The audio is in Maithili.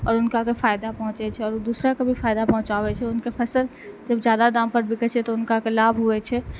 आओर ऊनका के फायदा पहुँचै छै आओर ओ दूसरा के भी फायदा पहुँचाबै छै ऊनकर फसल जब जादा दाम पर बिकै छै तऽ ऊनका के लाभ होइ छै